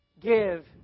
give